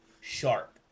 sharp